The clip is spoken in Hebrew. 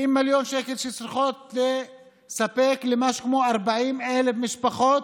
70 מיליון שקלים שצריכים לספק ל-40,000 משפחות